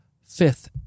Fifth